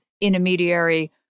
intermediary